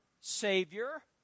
Savior